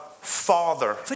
Father